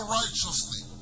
righteously